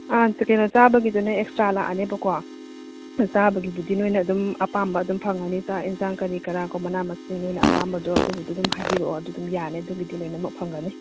ꯑꯥ ꯀꯩꯅꯣ ꯆꯥꯕꯒꯤꯗꯨꯅ ꯑꯦꯛꯁꯇ꯭ꯔꯥ ꯂꯥꯛꯑꯅꯦꯕꯀꯣ ꯆꯥꯕꯒꯤꯕꯨꯗꯤ ꯅꯣꯏꯅ ꯑꯗꯨꯝ ꯑꯄꯥꯝꯕ ꯑꯗꯨꯝ ꯐꯪꯉꯅꯤ ꯆꯥꯛ ꯌꯦꯟꯁꯥꯡ ꯀꯔꯤ ꯀꯔꯥꯀꯣ ꯃꯅꯥ ꯃꯁꯤꯡ ꯅꯣꯏꯅ ꯑꯄꯥꯝꯕꯗꯣ ꯑꯗꯨꯒꯤꯗꯨ ꯑꯗꯨꯝ ꯍꯥꯏꯕꯤꯔꯛꯑꯣ ꯑꯗꯨ ꯑꯗꯨꯝ ꯌꯥꯅꯤ ꯑꯗꯨꯒꯤꯗꯤ ꯂꯣꯏꯅꯃꯛ ꯐꯪꯒꯅꯤ